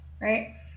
right